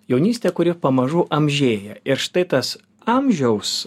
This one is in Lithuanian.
jaunystė kuri pamažu amžėja ir štai tas amžiaus